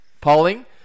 polling